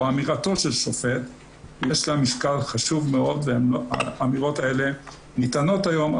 או אמירתו של שופט יש לה משקל חשוב מאוד והאמירות האלה ניתנות היום,